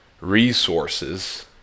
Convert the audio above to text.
Resources